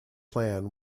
plan